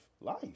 Life